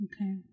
Okay